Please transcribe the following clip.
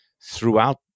throughout